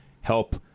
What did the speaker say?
help